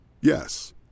Yes